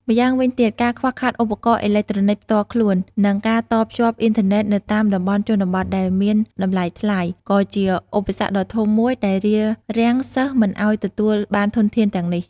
ម្យ៉ាងវិញទៀត ការខ្វះខាតឧបករណ៍អេឡិចត្រូនិចផ្ទាល់ខ្លួន និងការតភ្ជាប់អ៊ីនធឺណេតនៅតាមតំបន់ជនបទ ដែលមានតម្លៃថ្លៃ ក៏ជាឧបសគ្គដ៏ធំមួយដែលរារាំងសិស្សមិនឱ្យទទួលបានធនធានទាំងនេះ។